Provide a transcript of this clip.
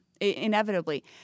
inevitably